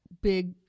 big